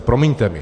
Promiňte mi.